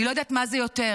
אני לא יודעת מה זה יותר,